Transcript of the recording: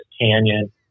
canyon